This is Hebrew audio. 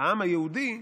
העם היהודי,